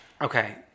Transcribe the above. Okay